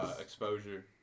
exposure